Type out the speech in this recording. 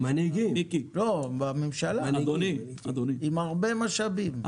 עם הרבה משאבים.